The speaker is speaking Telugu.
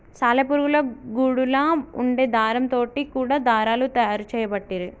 సాలె పురుగుల గూడులా వుండే దారం తోటి కూడా దారాలు తయారు చేయబట్టిరి